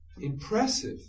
impressive